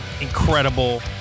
incredible